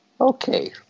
Okay